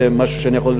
משהו שאני יכול,